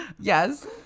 Yes